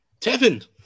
Tevin